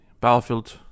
Battlefield